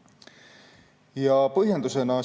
paindlikkust. Põhjendusena